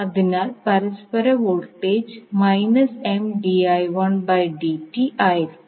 അതിനാൽ പരസ്പര വോൾട്ടേജ് ആയിരിക്കും